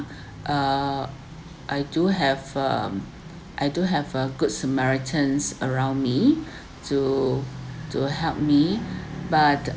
uh I do have um I do have a good samaritans around me to to help me but